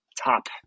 top